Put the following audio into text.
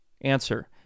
Answer